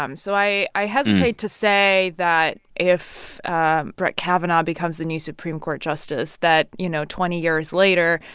um so i i hesitate to say that if brett kavanaugh becomes the new supreme court justice, that, you know, twenty years later,